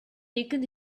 taken